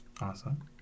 Awesome